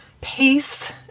peace